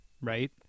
right